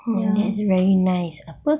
oh that's very nice apa